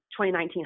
2019